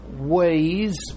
ways